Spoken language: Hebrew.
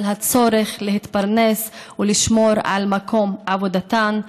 הצורך להתפרנס ולשמור על מקום עבודתן.